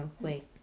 wait